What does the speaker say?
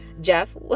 Jeff